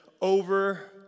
over